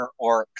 orcs